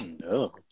no